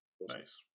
Nice